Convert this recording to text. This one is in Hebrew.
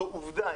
זאת עובדה.